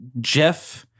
Jeff